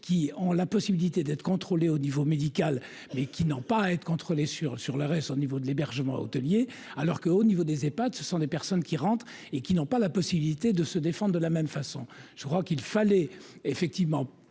qui ont la possibilité d'être contrôlé au niveau médical, mais qui n'ont pas à être contrôlés sur sur l'arrêt son niveau de l'hébergement hôtelier alors que, au niveau des Epad : ce sont des personnes qui rentre et qui n'ont pas la possibilité de se défendent de la même façon, je crois qu'il fallait effectivement